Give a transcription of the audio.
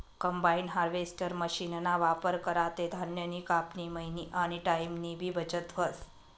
combine harvester मशीनना वापर करा ते धान्यनी कापनी, मयनी आनी टाईमनीबी बचत व्हस